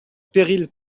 péril